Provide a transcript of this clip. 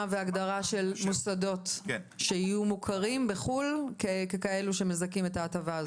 והגדרה של מוסדות שיהיו מוכרים בחו"ל ככאלה שמזכים בהטבה הזאת.